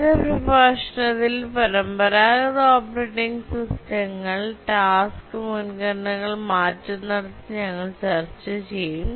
അടുത്ത പ്രഭാഷണത്തിൽ പരമ്പരാഗത ഓപ്പറേറ്റിംഗ് സിസ്റ്റങ്ങൾ ടാസ്ക് മുൻഗണനകൾ മാറ്റുന്നടത്ത് ഞങ്ങൾ ചർച്ച ചെയ്യും